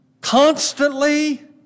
constantly